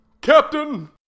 Captain